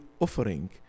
offering